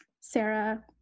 Sarah